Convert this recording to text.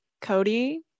Cody